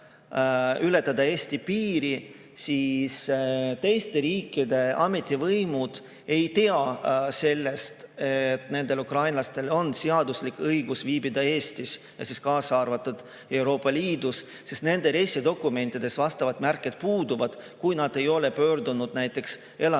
ületada Eesti piiri, aga teiste riikide ametivõimud ei tea, et nendel ukrainlastel on seaduslik õigus viibida Eestis ja Euroopa Liidus, sest nende reisidokumentides vastavad märked puuduvad, kui nad ei ole pöördunud näiteks elamisloa